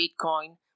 Bitcoin